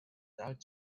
dark